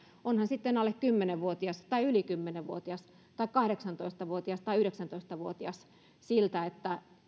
on hän sitten alle kymmenen vuotias tai yli kymmenen vuotias tai kahdeksantoista vuotias tai yhdeksäntoista vuotias siltä että